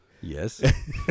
Yes